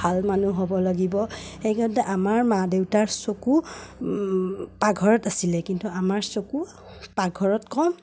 ভাল মানুহ হ'ব লাগিব সেইকাৰণতে আমাৰ মা দেউতাৰ চকু পাকঘৰত আছিলে কিন্তু আমাৰ চকু পাকঘৰত কম